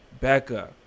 Becca